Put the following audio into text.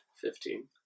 Fifteen